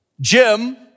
Jim